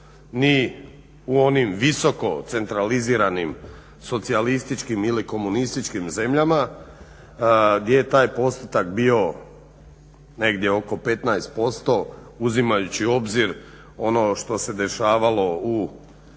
ni u onim visoko centraliziranim socijalističkim ili komunističkim zemljama gdje je taj postotak bio negdje oko 15% uzimajući u obzir ono što se dešavalo u